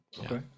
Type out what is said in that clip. Okay